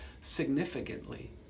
significantly